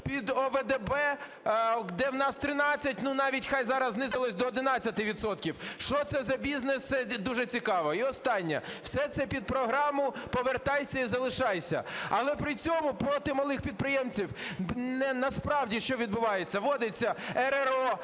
під ОВДП, де в нас 13, ну, навіть хай зараз знизилося до 11 відсотків. Що це за бізнес, це дуже цікаво. І останнє, все це під програму "Повертайся і залишайся". Але при цьому проти малих підприємців насправді що відбувається? Вводиться РРО,